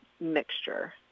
mixture